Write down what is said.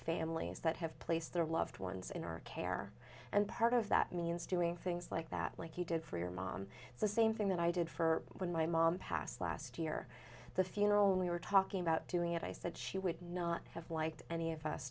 families that have placed their loved ones in our care and part of that means doing things like that like you did for your mom the same thing that i did for when my mom passed last year the funeral and we were talking about doing it i said she would not have liked any of us